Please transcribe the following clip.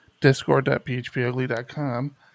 discord.phpugly.com